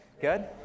Good